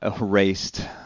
erased